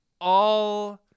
all-